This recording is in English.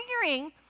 figuring